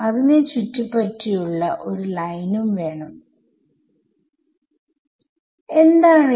ഞാൻ സൂചിപ്പിക്കാൻ i ആണ് തിരഞ്ഞെടുത്തത്